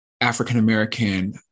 African-American